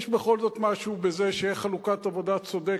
יש בכל זאת משהו בזה שתהיה חלוקת עבודה צודקת.